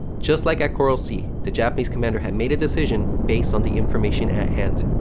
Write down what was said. just like at coral sea, the japanese commander had made a decision based on the information at hand,